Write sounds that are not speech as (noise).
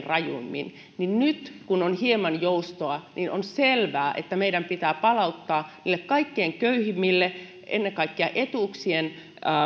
(unintelligible) rajuimmin niin nyt kun on hieman joustoa on selvää että meidän pitää palauttaa niille kaikkein köyhimmille ennen kaikkea etuuksien